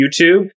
YouTube